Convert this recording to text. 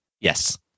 Yes